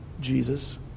Jesus